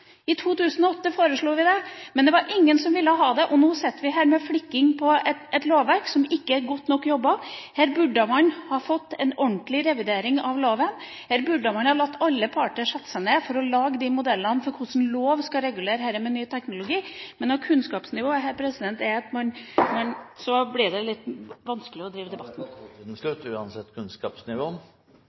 I 2008 foreslo vi det, men det var ingen som ville ha det. Og nå sitter vi her og flikker på et lovverk som det ikke er jobbet godt nok med. Her burde man ha fått en ordentlig revidering av loven, her burde man latt alle parter sette seg ned for å lage modellene for hvordan loven skal regulere ny teknologi. Men kunnskapsnivået gjør at det blir litt vanskelig. Taletiden er